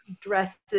dresses